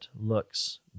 looks